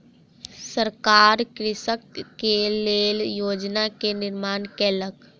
सरकार कृषक के लेल योजना के निर्माण केलक